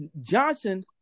Johnson